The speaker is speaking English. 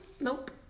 Nope